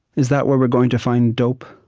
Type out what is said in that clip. is that where we're going to find dope?